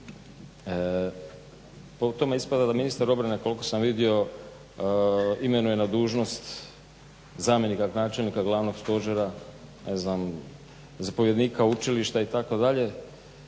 po tome ispada da ministar obrane koliko sam vidio imenuje na dužnost zamjenika načelnika Glavnog stožera ne znam zapovjednika učilišta itd.